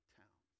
town